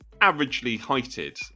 averagely-heighted